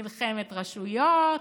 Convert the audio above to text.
מלחמת רשויות.